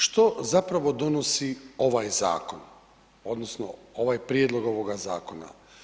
Što zapravo donosi ovaj zakon, odnosno ovaj prijedlog ovoga zakona?